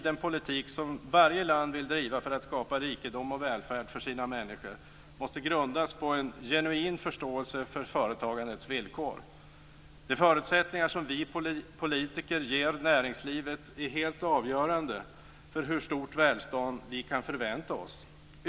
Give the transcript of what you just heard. Den politik som varje land vill driva för att skapa rikedom och välfärd för sina människor måste grundas på en genuin förståelse för företagandets villkor. De förutsättningar som vi politiker ger näringslivet är helt avgörande för hur stort välstånd vi kan förvänta oss.